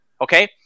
Okay